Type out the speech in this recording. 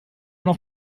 man